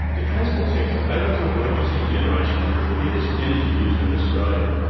the transport sector overtook electricity generation as the biggest energy user in australia,